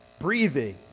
Breathing